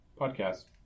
podcast